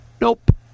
Nope